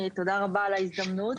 תודה רבה על ההזדמנות.